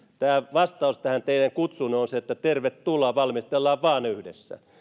vastaus tähän teidän kutsuunne on tervetuloa valmistellaan vain ne yhdessä